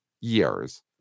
years